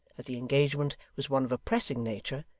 that the engagement was one of a pressing nature,